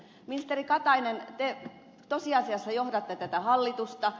ministeri katainen te tosiasiassa johdatte tätä hallitusta